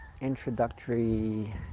introductory